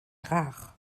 rare